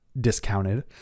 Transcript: discounted